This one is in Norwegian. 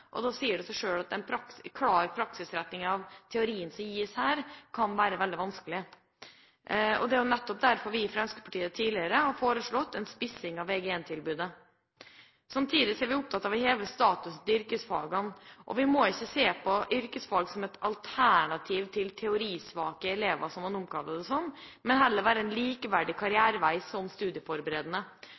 og da sier det seg selv at en klar praksisretting av teorien som gis her, kan være veldig vanskelig. Det er nettopp derfor vi i Fremskrittspartiet tidligere har foreslått en spissing av Vg1-tilbudet. Samtidig er vi opptatt av å heve statusen til yrkesfagene. Vi må ikke se på yrkesfagene som et alternativ til «teorisvake» elever, som man omtaler det som, men heller la det være en karrierevei som er likeverdig studieforberedende.